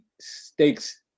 stakes